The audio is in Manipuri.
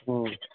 ꯎꯝ